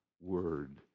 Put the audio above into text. word